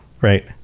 right